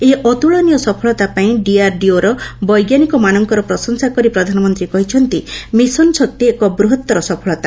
ଏହି ଅତ୍ରଳନୀୟ ସଫଳତା ପାଇଁ ଡିଆରଡିଓର ବୈଜ୍ଞାନିକ ମାନଙ୍କର ପ୍ରଶଂସା କରି ପ୍ରଧାନମନ୍ତ୍ରୀ କହିଛନ୍ତି' ମିଶନ ଶକ୍ତି ଏକ ବୃହତ୍ତର ସଫଳତା